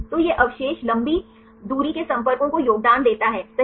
तो यह अवशेष लंबी दूरी के संपर्कों को योगदान देता है सही